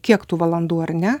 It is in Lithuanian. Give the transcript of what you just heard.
kiek tų valandų ar ne